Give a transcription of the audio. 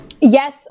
Yes